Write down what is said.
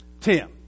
Tim